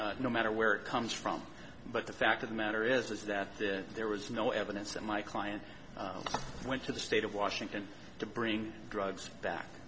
no matter where it comes from but the fact of the matter is is that there was no evidence that my client went to the state of washington to bring drugs back